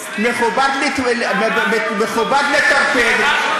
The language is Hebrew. מכובד לטרפד,